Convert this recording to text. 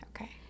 Okay